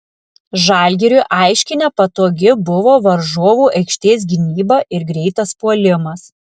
žalgiriui aiškiai nepatogi buvo varžovų aikštės gynyba ir greitas puolimas